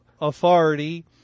authority